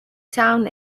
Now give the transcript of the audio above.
town